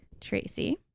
Tracy